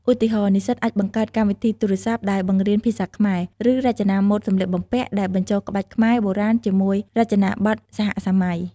ឧទាហរណ៍ និស្សិតអាចបង្កើតកម្មវិធីទូរស័ព្ទដែលបង្រៀនភាសាខ្មែរ ឬរចនាម៉ូដសម្លៀកបំពាក់ដែលបញ្ចូលក្បាច់ខ្មែរបុរាណជាមួយរចនាបថសហសម័យ។